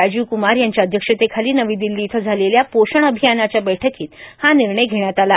राजीवक्रमार यांच्या अध्यक्षतेखाली नवी दिल्ली इथं झालेल्या पोषण आभियानाच्या बैठकीत हा निर्णय घेण्यात आला